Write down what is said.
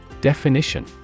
Definition